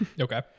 Okay